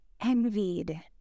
envied